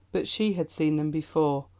but she had seen them before,